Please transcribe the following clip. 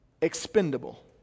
expendable